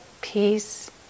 peace